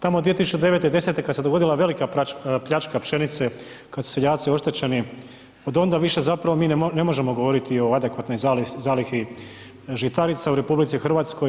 Tamo 2009., 2010. kada se dogodila velika pljačka pšenice kada su seljaci oštećeni odonda više zapravo mi ne možemo govoriti o adekvatnoj zalihi žitarica u RH.